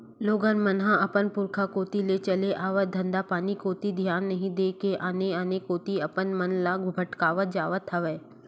लोगन मन ह अपन पुरुखा कोती ले चले आवत धंधापानी कोती धियान नइ देय के आने आने कोती अपन मन ल भटकावत जावत हवय